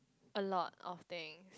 a lot of thing